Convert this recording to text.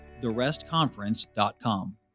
therestconference.com